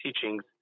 teachings